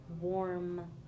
warm